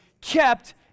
kept